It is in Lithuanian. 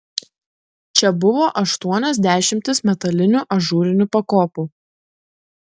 čia buvo aštuonios dešimtys metalinių ažūrinių pakopų